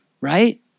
right